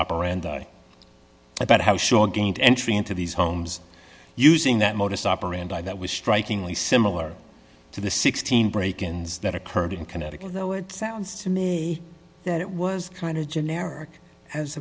operandi about how sure gained entry into these homes using that modus operandi that was strikingly similar to the sixteen break ins that occurred in connecticut though it sounds to me that it was kind of generic as